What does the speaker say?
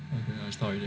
okay I stop already ah